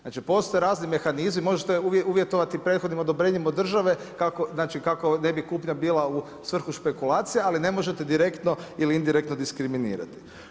Znači postoje razni mehanizmi, možete uvjetovati prethodnim odobrenjem od države kako, znači kako kupnja ne bi bila u svrhu špekulacija, ali ne možete direktno ili indirektno diskriminirati.